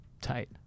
tight